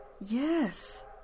Yes